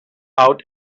out